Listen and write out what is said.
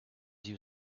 you